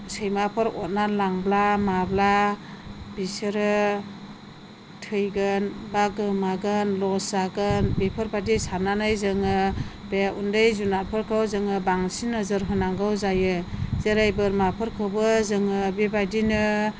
सैमाफोर अरना लांब्ला माब्ला बिसोरो थैगोन बा गोमागोन लस जागोन बेफोरबायदि साननानै जोङो बे उन्दै जुनारफोरखौ जोङो बांसिन नोजोर होनांगौ जायो जेरै बोरमाफोरखौबो जोङो बेबायदिनो